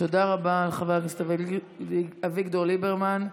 תודה רבה לחבר הכנסת אביגדור ליברמן.